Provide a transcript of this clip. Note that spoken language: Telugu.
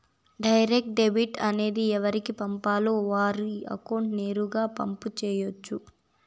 డైరెక్ట్ డెబిట్ అనేది ఎవరికి పంపాలో వారి అకౌంట్ నేరుగా పంపు చేయొచ్చు